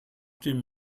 dem